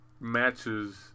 matches